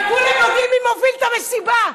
וכולם יודעים מי מוביל את המסיבה.